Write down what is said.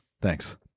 Thanks